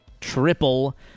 triple